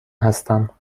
هستم